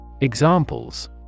Examples